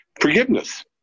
forgiveness